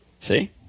See